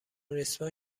ریسمان